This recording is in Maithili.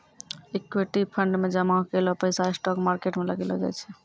इक्विटी फंड मे जामा कैलो पैसा स्टॉक मार्केट मे लगैलो जाय छै